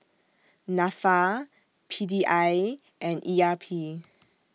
Nafa P D I and E R P